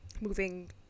moving